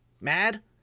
mad